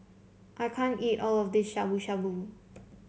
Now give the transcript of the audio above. I can't eat all of this Shabu Shabu